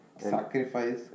sacrifice